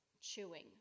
chewing